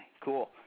Cool